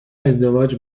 ازدواج